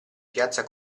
piazza